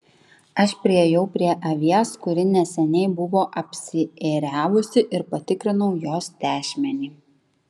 aš priėjau prie avies kuri neseniai buvo apsiėriavusi ir patikrinau jos tešmenį